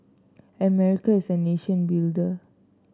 America is a nation of builders